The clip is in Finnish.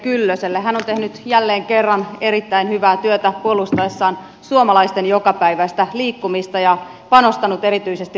hän on tehnyt jälleen kerran erittäin hyvää työtä puolustaessaan suomalaisten jokapäiväistä liikkumista ja panostanut erityisesti raideliikenteeseen